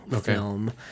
film